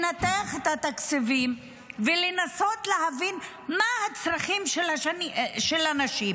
לנתח את התקציבים ולנסות להבין מה הצרכים של הנשים.